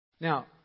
Now